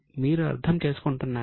మీరు అర్థం చేసుకుంటున్నారా